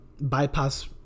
bypass